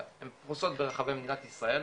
פרוסות ברחבי מדינת ישראל,